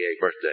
birthday